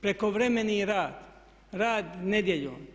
Prekovremeni rad, rad nedjeljom,